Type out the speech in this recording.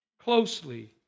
closely